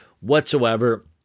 whatsoever